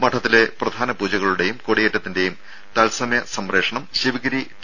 മഠത്തിലെ പ്രധാന പൂജകളുടെയും കൊടിയേറ്റത്തിന്റെയും തത്സമയ സംപ്രേക്ഷണം ശിവഗിരി ടി